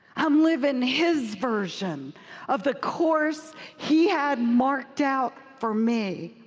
i'm living his version of the course he had marked out for me.